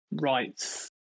rights